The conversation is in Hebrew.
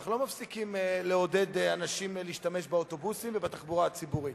אנחנו לא מפסיקים לעודד אנשים להשתמש באוטובוסים ובתחבורה הציבורית,